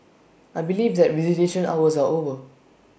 I believe that visitation hours are over